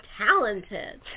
talented